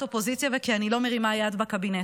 אופוזיציה וכי אני לא מרימה יד בקבינט.